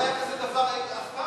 לא היה כזה דבר אף פעם.